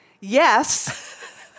yes